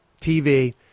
TV